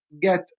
get